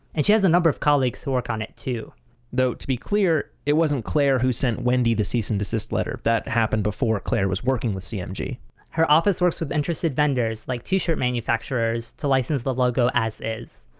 and she has a number of colleagues who work on it, too though to be clear, it wasn't clare who sent wendy the cease and desist letter. that happened before clare was working with cmg her office works with interested vendors like t-shirt manufacturers to license the logo as is.